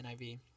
NIV